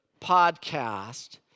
podcast